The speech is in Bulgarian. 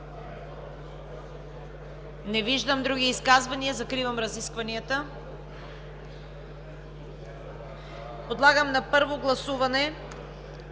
Не виждам други изказвания. Закривам разискванията. Подлагам на първо гласуване